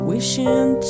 Wishing